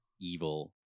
evil